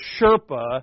Sherpa